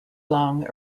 long